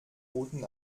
boten